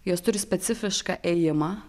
jos turi specifišką ėjimą